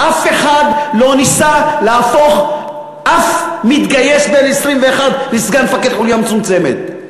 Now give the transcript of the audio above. אף אחד לא ניסה להפוך אף מתגייס בן 21 לסגן מפקד חוליה מצומצמת.